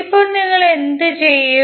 ഇപ്പോൾ നിങ്ങൾ എന്തു ചെയ്യും